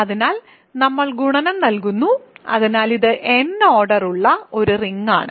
അതിനാൽ നമ്മൾ ഗുണനം നൽകുന്നു അതിനാൽ ഇത് n ഓർഡർ ഉള്ള ഒരു റിങ് ആണ്